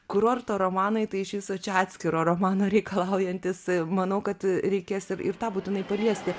kurorto romanai tai iš viso čia atskiro romano reikalaujantys manau kad reikės ir tą būtinai paliesti